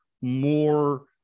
more